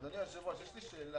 אדוני היושב-ראש, יש לי שאלה.